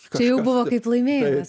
čia jau buvo kaip laimėjimas